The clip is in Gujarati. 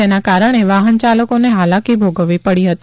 જેના કારણે વાહનચાલકોને હાલાકી ભોગવવી પડી હતી